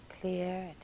clear